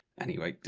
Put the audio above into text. anyway.